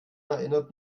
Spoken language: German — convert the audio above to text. erinnert